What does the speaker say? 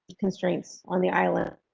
constraints on the island.